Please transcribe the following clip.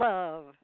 Love